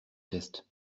test